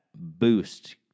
Boost